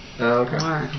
Okay